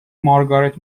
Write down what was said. مارگارت